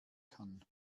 kann